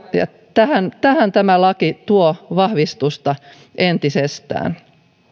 tähän tähän tämä laki tuo vahvistusta entisestään